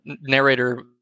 narrator